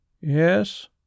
Yes